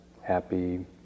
happy